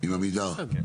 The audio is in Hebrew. עם עמידר.